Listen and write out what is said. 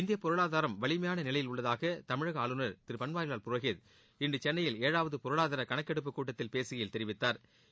இந்திய பொருளாதாரம் வலிமையான நிலையில் உள்ளதாக தமிழக ஆளுநர் திரு பன்வாரிலால் புரோஹித் இன்று சென்னையில் ஏழாவது பொருளாதார கணக்கெடுப்பு கூட்டத்தில் பேககையில் தெரிவித்தாா்